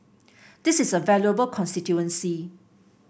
this is a valuable constituency